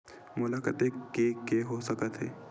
मोला कतेक के के हो सकत हे?